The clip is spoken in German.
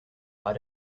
war